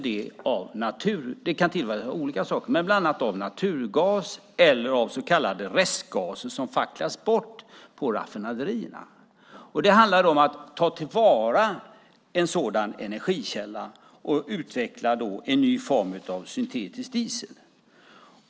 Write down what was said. Den kan tillverkas av olika saker, bland annat av naturgas eller av så kallade restgaser som facklas bort på raffinaderierna. Det handlar om att ta till vara en sådan energikälla och utveckla en ny form av syntetisk diesel.